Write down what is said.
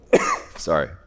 Sorry